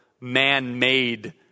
man-made